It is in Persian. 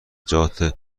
جات